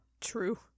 True